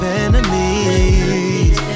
enemies